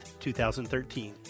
2013